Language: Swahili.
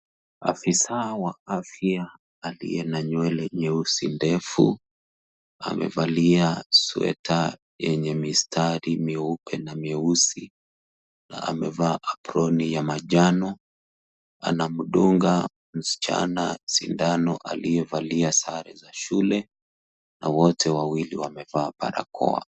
Afisa wa afya aliye na nywele nyeusi ndefu. Amevalia sweta yenye mistari mieupe na mieusi na amevaa aproni ya manjano. Anamdunga msichana sindano aliyevalia sare za shule na wote wawili wamevaa barakoa.